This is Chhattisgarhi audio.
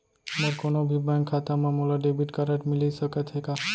मोर कोनो भी बैंक खाता मा मोला डेबिट कारड मिलिस सकत हे का?